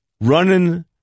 running